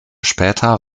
später